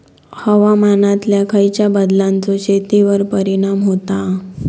हवामानातल्या खयच्या बदलांचो शेतीवर परिणाम होता?